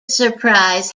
surprise